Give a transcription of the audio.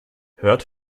hört